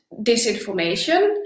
disinformation